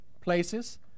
places